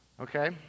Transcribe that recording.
Okay